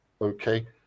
okay